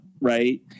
right